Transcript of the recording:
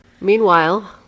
Meanwhile